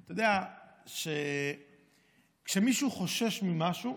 אתה יודע שכשמישהו חושש ממשהו,